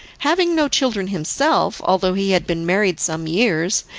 having no children himself, although he had been married some years,